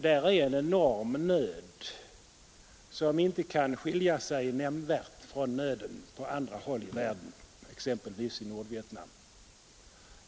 Där är en enorm nöd som inte kan skilja sig nämnvärt från nöden på andra håll i insatser till Indokinas folk världen, t.ex. i Nordvietnam.